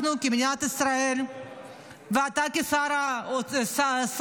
אנחנו כמדינת ישראל ואתה כשר בממשלה,